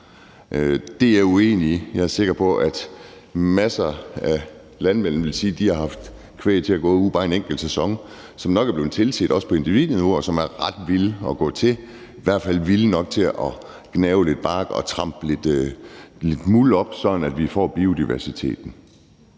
Det er jeg uenig i. Jeg er sikker på, at masser af landmænd ville sige, at de har haft kvæg til at gå ude bare en enkelt sæson, som nok er blevet tilset, også på individniveau, og som er ret vilde at gå til, i hvert fald vilde nok til at gnave lidt bark og trampe lidt muld op, sådan at vi får biodiversiteten.